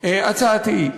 הצעתי היא,